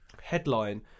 headline